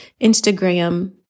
Instagram